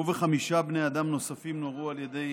הוא וחמישה בני אדם נוספים נורו על ידי